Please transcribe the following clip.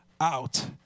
out